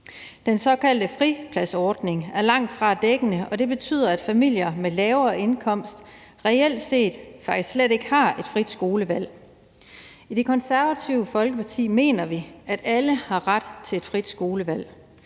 Den såkaldte fripladsordning er langtfra dækkende, og det betyder, at familier med lavere indkomst reelt set faktisk slet ikke har et frit skolevalg. I Det Konservative Folkeparti mener vi, at alle har ret til et frit skolevalg.